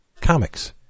comics